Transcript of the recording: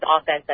offense